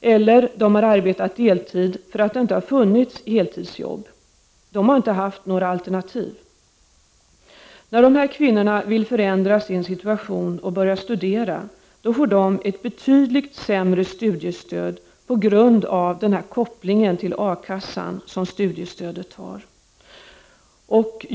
eller också har de arbetat deltid för att det inte funnits heltidsjobb. De har inte haft något alternativ. När dessa kvinnor vill förändra sin situation och börja studera får de ett betydligt sämre studiestöd på grund av den koppling till A-kassan som studiestödet har.